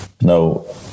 no